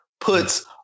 puts